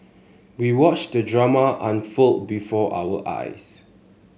we watched the drama unfold before our eyes